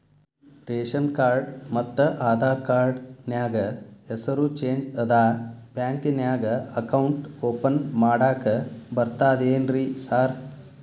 Ration card ಮತ್ತ Aadhaar card ನ್ಯಾಗ ಹೆಸರು ಚೇಂಜ್ ಅದಾ ಬ್ಯಾಂಕಿನ್ಯಾಗ ಅಕೌಂಟ್ ಓಪನ್ ಮಾಡಾಕ ಬರ್ತಾದೇನ್ರಿ ಸಾರ್?